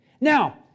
Now